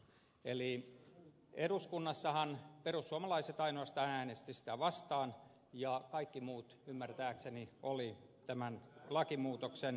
eli eduskunnassahan perussuomalaiset ainoastaan äänestivät sitä vastaan ja kaikki muut ymmärtääkseni olivat tämän lakimuutoksen puolesta